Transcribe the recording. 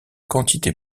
quantité